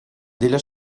della